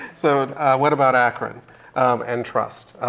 so what about akron and trust?